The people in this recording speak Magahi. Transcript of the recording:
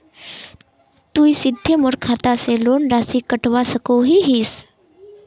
तुई सीधे मोर खाता से लोन राशि कटवा सकोहो हिस?